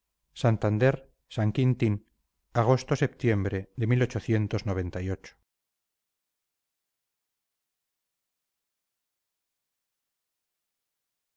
santander san quintín agosto septiembre de